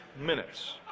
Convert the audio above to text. minutes